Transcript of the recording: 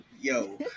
Yo